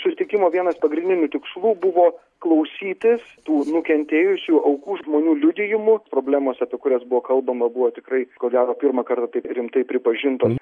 susitikimo vienas pagrindinių tikslų buvo klausytis tų nukentėjusių aukų žmonių liudijimų problemos apie kurias buvo kalbama buvo tikrai ko gero pirmą kartą rimtai pripažintam